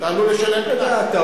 עלול לשלם קנס.